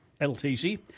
LTC